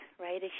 right